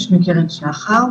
שמי קרן שחר,